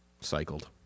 Cycled